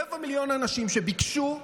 רבע מיליון אנשים שביקשו,